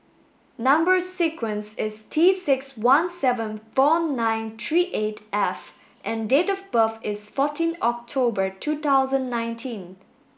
number sequence is T six one seven four nine three eight F and date of birth is fourteen October two thousand nineteen